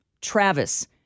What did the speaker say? Travis